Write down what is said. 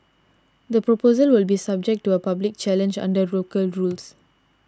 the proposal will be subject to a public challenge under local rules